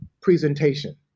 presentation